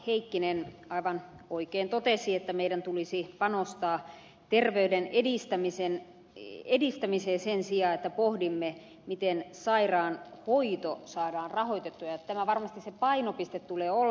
heikkinen aivan oikein totesi että meidän tulisi panostaa terveyden edistämiseen sen sijaan että pohdimme miten sairaanhoito saadaan rahoitettua ja tämä varmasti sen painopisteen tulee olla